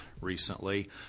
recently